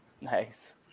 Nice